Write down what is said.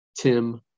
Tim